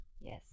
yes